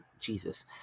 Jesus